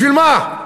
בשביל מה?